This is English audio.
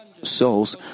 souls